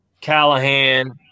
Callahan